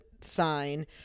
sign